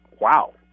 wow